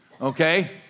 Okay